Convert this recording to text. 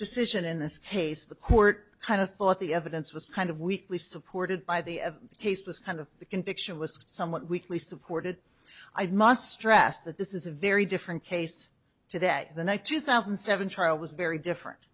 decision in this case the court kind of thought the evidence was kind of weakly supported by the haste was kind of the conviction was somewhat weakly supported i must stress that this is a very different case today the night two thousand and seven trial was very different